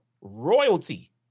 Royalty